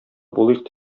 булыйк